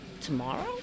Tomorrow